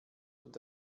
und